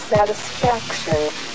Satisfaction